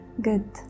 good